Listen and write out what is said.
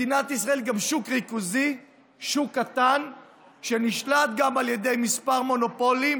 מדינת ישראל היא גם שוק ריכוזי קטן שנשלט על ידי כמה מונופולים,